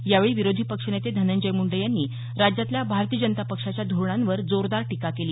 यावेळी विरोधी पक्षनेते धनंजय मुंडे यांनी राज्यातल्या भारतीय जनता पक्षाच्या धोरणांवर जोरदार टिका केली